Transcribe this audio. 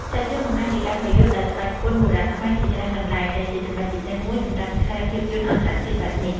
សាច់រឿងបង្ហាញពីការប្រយុទ្ធដោយក្បាច់គុនបុរាណខ្មែរជាច្រើនកន្លែង ដែលជាចំណុចពិសេសមួយសម្រាប់ខ្សែភាពយន្តអន្តរជាតិបែបនេះ។